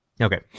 Okay